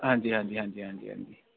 आं जी आं जी आं